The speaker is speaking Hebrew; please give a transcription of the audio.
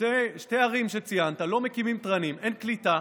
בשתי הערים שציינת לא מקימים תרנים, אין קליטה.